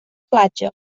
platja